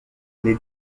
les